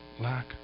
lack